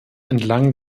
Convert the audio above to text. entlang